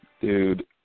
Dude